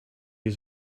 use